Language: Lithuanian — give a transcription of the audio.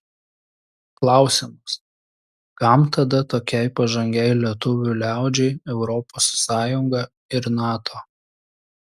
klausimas kam tada tokiai pažangiai lietuvių liaudžiai europos sąjunga ir nato